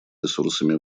ресурсами